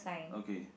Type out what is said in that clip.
okay